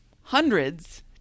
hundreds